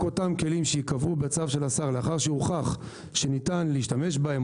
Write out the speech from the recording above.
רק אותם כלים שייקבעו בצו של השר לאחר שהוכח שניתן להשתמש בהם,